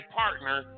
partner